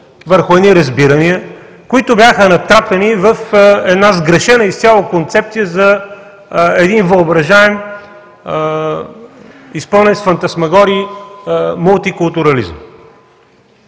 върху едни разбирания, които бяха натрапени в една изцяло сгрешена концепция за един въображаем, изпълнен с фантасмагории мултикултурализъм.